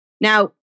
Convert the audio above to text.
Now